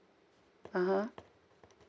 (uh huh)